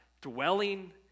dwelling